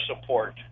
support